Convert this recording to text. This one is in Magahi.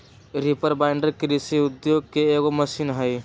रीपर बाइंडर कृषि उद्योग के एगो मशीन हई